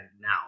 now